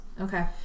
Okay